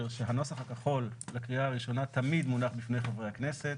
שהנוסח הכחול לקריאה הראשונה תמיד מונח בפני חברי הכנסת,